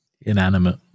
Inanimate